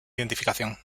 identificación